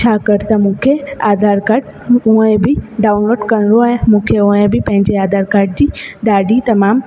छा कर त मूंखे आधार काड हूअं बि डाउनलोड करिणो आहे मूंखे हूअं बि पंहिंजे आधार काड जी ॾाढी तमामु